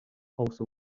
also